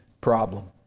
problem